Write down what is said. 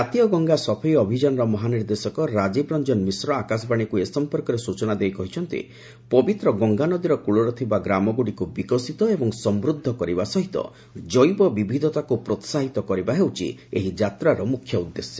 ଜାତୀୟ ଗଙ୍ଗା ସଫେଇ ଅଭିଯାନର ମହାନିର୍ଦ୍ଦେଶକ ରାଜୀବ ର୍ଚଜନ ମିଶ୍ର ଆକାଶବାଣୀକୁ ଏ ସଫପର୍କରେ ସ୍ୱଚନା ଦେଇ କହିଛନ୍ତି ପବିତ୍ର ଗଙ୍ଗାନଦୀର କୂଳରେ ଥିବା ଗ୍ରାମଗୁଡ଼ିକୁ ବିକାଶିତ ଏବଂ ସମୃଦ୍ଧ କରିବା ସହିତ ଜୈବ ବିବିଧତାକୁ ପ୍ରୋସାହିତ କରିବା ହେଉଛି ଏହି ଯାତ୍ରାର ମୁଖ୍ୟ ଉଦ୍ଦେଶ୍ୟ